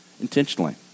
intentionally